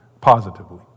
positively